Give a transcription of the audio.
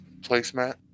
placemat